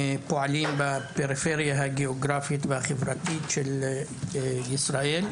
פועלים בפריפריה הגאוגרפית והחברתית של ישראל.